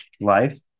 life